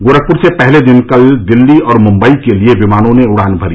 गोरखपुर से पहले दिन कल दिल्ली और मुम्बई के लिए विमानों ने उड़ान भरी